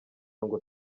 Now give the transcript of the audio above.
ngo